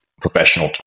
Professional